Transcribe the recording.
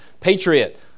patriot